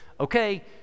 Okay